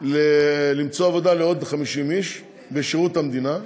למצוא עבודה לעוד 50 איש בשירות המדינה.